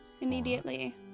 Immediately